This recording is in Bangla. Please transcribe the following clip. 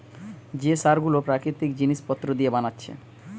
যে সার গুলো প্রাকৃতিক জিলিস পত্র দিয়ে বানাচ্ছে